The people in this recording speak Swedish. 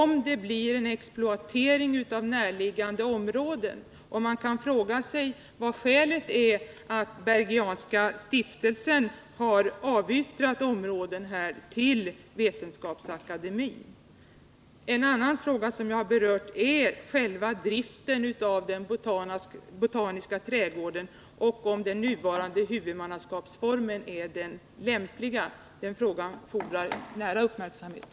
Man frågar sig t.ex. varför Bergianska stiftelsen har avyttrat mark till Vetenskapsakademien. Därtill kommer själva driften av den botaniska trädgården och frågan om det nuvarande huvudmannaskapets lämplighet. Därför fordrar frågan stor uppmärksamhet.